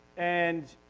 and